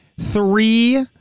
three